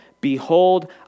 Behold